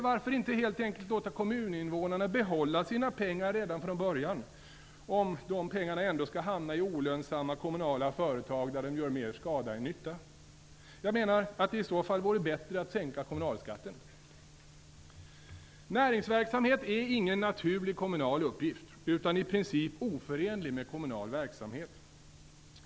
Varför inte helt enkelt låta kommuninvånarna behålla sina pengar redan från början om de pengarna ändå skall hamna i olönsamma kommunala företag där de gör mer skada än nytta? Jag menar att det i så fall vore bättre att sänka kommunalskatten. Näringsverksamhet är inte någon naturlig kommunal uppgift utan i princip oförenlig med kommunal verksamhet.